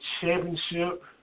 championship